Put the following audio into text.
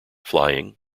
flying